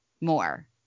more